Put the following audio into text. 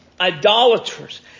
idolaters